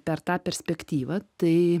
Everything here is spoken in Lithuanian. per tą perspektyvą tai